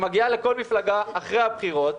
שמגיעה לכל מפלגה אחרי הבחירות,